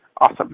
Awesome